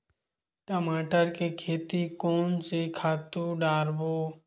टमाटर के खेती कोन से खातु डारबो?